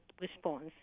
response